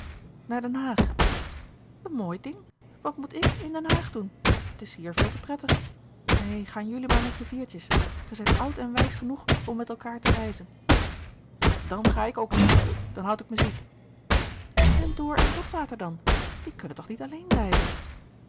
naar den haag een mooi ding wat moet ik in den haag doen t is hier veel te prettig neen gaan jelui maar met je viertjes ge zijt oud en wijs genoeg om met elkaar te reizen dan ga ik ook niet dan houd ik me ziek en door en botwater dan die kunnen toch niet alleen reizen